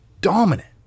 dominant